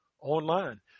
online